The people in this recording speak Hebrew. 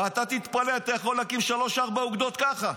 ואתה תתפלא, אתה יכול להקים שלוש-ארבע אוגדות ככה.